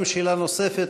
האם שאלה נוספת?